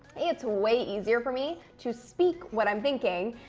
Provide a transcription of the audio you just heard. it's way easier for me to speak what i'm thinking,